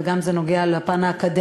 וזה גם קשור לפן האקדמי,